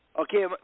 Okay